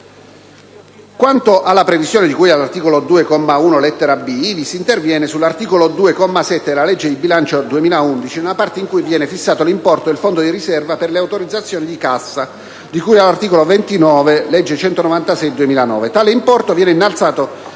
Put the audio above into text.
Quanto alla previsione di cui all'articolo 2, comma 1, lettera *b)*, ivi si interviene sull'articolo 2, comma 7, della legge di bilancio per il 2011, nella parte in cui viene fissato l'importo del fondo di riserva per le autorizzazioni di cassa, di cui all'articolo 29 della legge n. 196 del 2009; tale importo viene innalzato